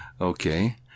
okay